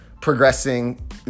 progressing